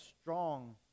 strong